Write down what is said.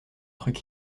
truc